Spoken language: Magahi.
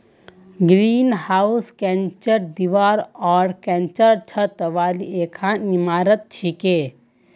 ग्रीनहाउस कांचेर दीवार आर कांचेर छत वाली एकखन इमारत छिके